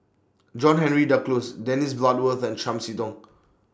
John Henry Duclos Dennis Bloodworth and Chiam See Tong